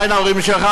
מאין ההורים שלך?